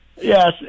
Yes